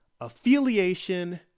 affiliation